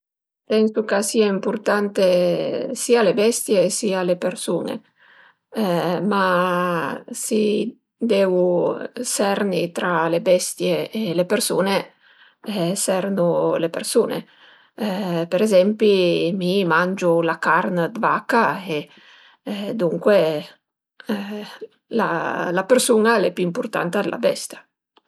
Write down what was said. Pensu ch'a sian ëmpurtante sia le bestie sia le persun-e, ma si deu serni tra le bestie e le persun-e, sernu le persun-e, për ezempi mi mangiu la carn d'vaca e duncue la persun-a al e pi ëmpurtanta d'la bestia